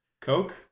coke